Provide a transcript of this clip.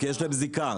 כי יש להם זיקה,